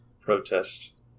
protest